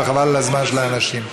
וחבל על הזמן של האנשים.